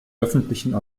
öffentlichen